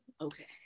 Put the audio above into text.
Okay